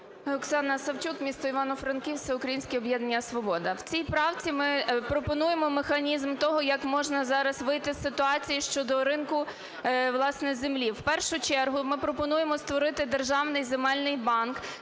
Оксана Савчук, місто Івано-Франківськ, Всеукраїнське об'єднання "Свобода". В цій правці ми пропонуємо механізм того як можна зараз вийти з ситуації щодо ринку, власне, землі. В першу чергу ми пропонуємо створити державний земельний банк,